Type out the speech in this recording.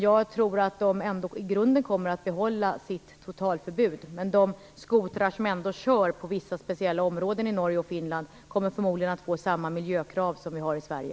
Jag tror att de i grunden ändå kommer att behålla sitt totalförbud. Men för de skotrar som ändå körs i vissa områden i Norge och Finland kommer det förmodligen att ställas samma miljökrav som vi har i Sverige.